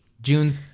June